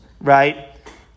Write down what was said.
right